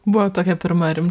buvo tokia pirma rim